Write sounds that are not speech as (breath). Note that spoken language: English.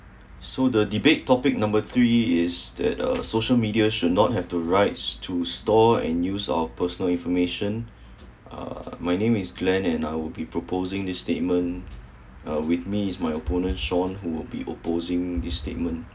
so the debate topic number three is that uh social media should not have the rights to store and use our personal information (breath) uh my name is glen and I'll be proposing this statement (breath) uh with me is my opponent shawn who will be opposing this statement